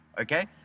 okay